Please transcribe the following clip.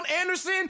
Anderson